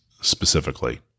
specifically